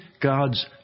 God's